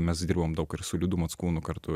mes dirbom daug ir su liudu mockūnu kartu